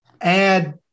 add